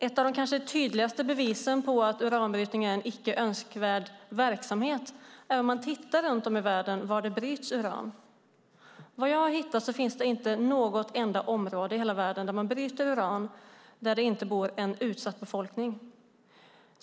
Ett av de kanske tydligaste bevisen på att uranbrytning är en icke önskvärd verksamhet kan man få om man tittar på var det runt om i världen bryts uran. Såvitt jag kunnat hitta finns det inte något enda område i hela världen där uran bryts och det inte bor en utsatt befolkning.